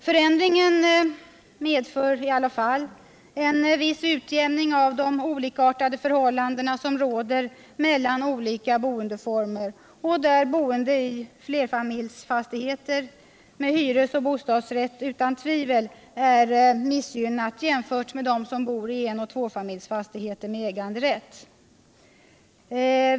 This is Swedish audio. Förändringarna medför i alla fall en viss utjäming av de olikartade förhållanden som råder mellan olika boendeformer och där boendet i flerfamiljsfastigheter med hyresoch bostadsrätt utan tvivel är missgynnat jämfört med boendet i enoch tvåfamiljsfastigheter med äganderätt.